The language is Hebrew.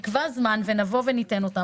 תקבע זמן ונבוא וניתן אותן.